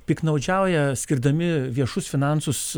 piktnaudžiauja skirdami viešus finansus